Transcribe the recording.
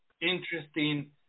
interesting